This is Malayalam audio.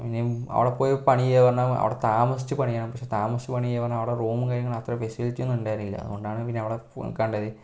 പിന്നെ അവിടെ പോയി പണി ചെയ്യുകയെന്ന് പറഞ്ഞാൽ താമസിച്ച് പണി ചെയ്യണം പക്ഷേ താമസിച്ച് പണി ചെയ്യുക പറഞ്ഞാൽ അവിടെ റൂമും കാര്യങ്ങളും അത്ര ഫെസിലിറ്റിയൊന്നും ഉണ്ടായിരുന്നില്ല അതുകൊണ്ടാണ് പിന്നെ അവിടെ നിൽക്കാണ്ടായത്